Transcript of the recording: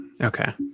Okay